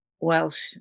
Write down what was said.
Welsh